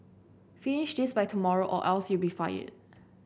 finish this by tomorrow or else you'll be fired